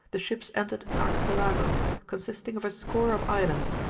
the ships entered an archipelago, consisting of a score of islands,